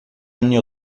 anni